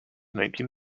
nineteen